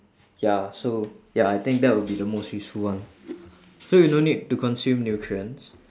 ya so ya I think that would be the most useful one so you no need to consume nutrients